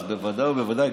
אז בוודאי ובוודאי,